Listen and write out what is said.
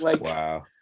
wow